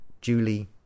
Julie